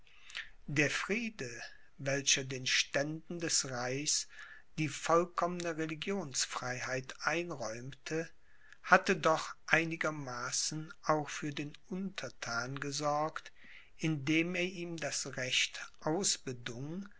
der friede welcher den ständen des reichs die vollkommene religionsfreiheit einräumte hatte doch einigermaßen auch für den unterthan gesorgt indem er ihm das recht